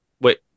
Wait